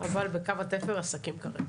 אבל בקו התפר עסקים כרגיל.